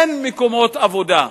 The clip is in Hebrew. אין מקומות עבודה.